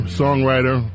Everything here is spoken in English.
songwriter